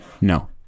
no